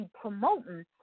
promoting